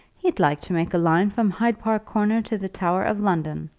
he'd like to make a line from hyde park corner to the tower of london,